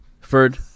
Ferd